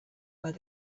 where